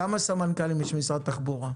כמה סמנכ"לים יש במשרד התחבורה?